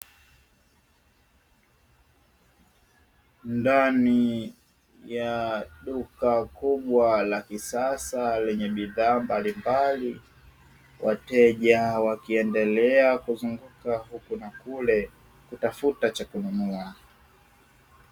Ndani ya duka kubwa la kisasa lenye bidhaa mbalimbali. Wateja wakiendelea kuzunguka huku na kule kutafuta cha kununua.